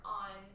on